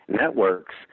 networks